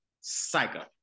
psycho